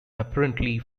apparently